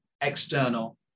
external